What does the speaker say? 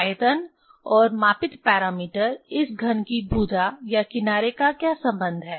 आयतन और मापित पैरामीटर इस घन की भुजा या किनारे का क्या संबंध है